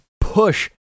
push